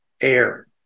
air